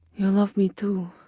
you love me too,